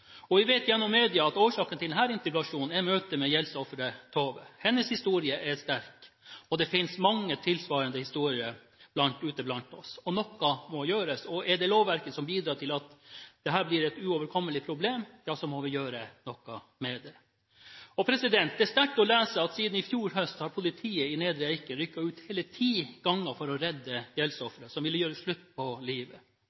Vi vet gjennom media at årsaken til denne interpellasjonen er møtet med gjeldsofferet Tove. Hennes historie er sterk, og det finnes mange tilsvarende historier ute blant oss. Noe må gjøres. Er det lovverket som bidrar til at dette blir et uoverkommelig problem, må vi gjøre noe med det. Det er sterkt å lese at siden i fjor høst har politiet i Nedre Eiker rykket ut hele ti ganger for å redde